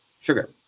Sugar